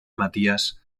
matías